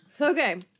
Okay